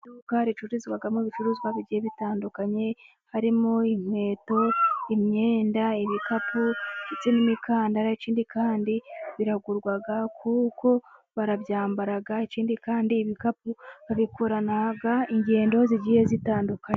Iduka ricururizwamo ibicuruzwa bigiye bitandukanye, harimo inkweto, imyenda, ibikapu, ndetse n'imikandara. Ikindi kandi biragurwa kuko barabyambara, ikindi kandi ibikapu babikorana ingendo zigiye zitandukanye.